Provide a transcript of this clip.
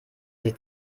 sie